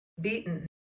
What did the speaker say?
beaten